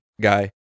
guy